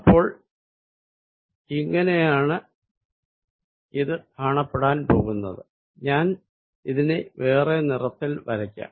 അപ്പോൾ ഇത് ഇങ്ങിനെയാണ് കാണപ്പെടാൻ പോകുന്നത് ഞാൻ ഇതിനെ വേറെ നിറത്തിൽ വരയ്ക്കാം